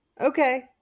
okay